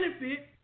benefit